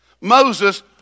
Moses